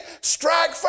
Strike